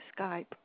Skype